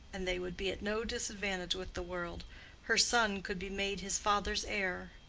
and they would be at no disadvantage with the world her son could be made his father's heir.